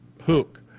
hook